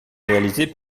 réalisé